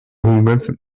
googles